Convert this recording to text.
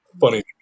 funny